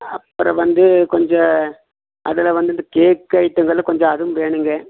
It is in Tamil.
அப்புறம் வந்து கொஞ்சம் அதில் வந்து இந்த கேக் ஐட்டமெல்லாம் கொஞ்சம் அதுவும் வேணும்ங்க